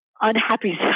Unhappy